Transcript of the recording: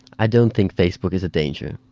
i don't think facebook is a danger.